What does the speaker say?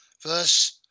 Verse